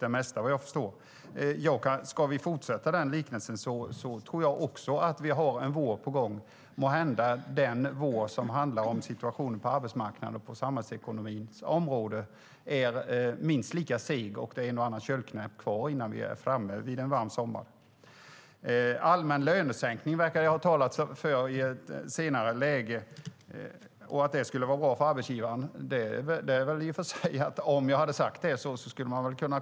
Om vi fortsätter den liknelsen tror jag också att den vår som är på gång på arbetsmarknaden och i samhällsekonomin är seg och att det är en och annan köldknäpp kvar innan vi når en varm sommar. Allmän lönesänkning och att det skulle vara bra för arbetsgivarna verkar jag ha talat om i ett senare läge.